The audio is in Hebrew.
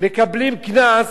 מקבלים קנס